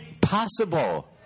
possible